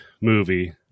movie